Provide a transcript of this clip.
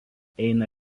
eina